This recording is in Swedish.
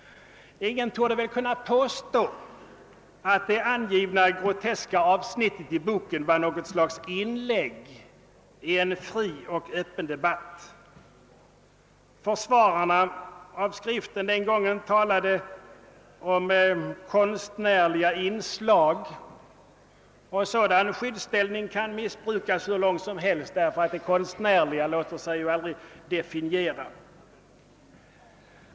Ingen torde väl kunna påstå att det angivna groteska avsnittet i boken var något slags inlägg i en fri och öppen debatt. Försvararna av skriften den gången talade om »konstnärliga inslag». En sådan skyddsställning kan missbrukas hur långt som helst, därför att det konstnärliga aldrig låter sig definiera.